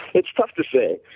it's tough to say.